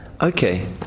Okay